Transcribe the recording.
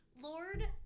Lord